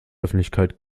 öffentlichkeit